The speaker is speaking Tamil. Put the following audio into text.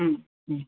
ம் ம்